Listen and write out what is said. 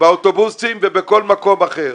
באוטובוסים ובכל מקום אחר.